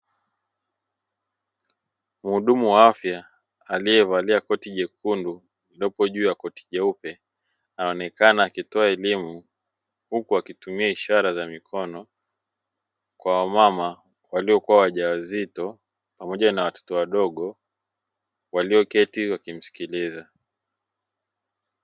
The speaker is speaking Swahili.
Mhudumu wa afya aliyevalia koti kundu lililopo juu ya koti jeupe anaonekana akitoa elimu, huku akitumia ishara za mikono kwa wamama waliokuwa wajawazito pamoja na watoto wadogo walioketi wakimsikiliza.